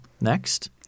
Next